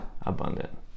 abundant